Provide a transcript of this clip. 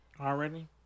Already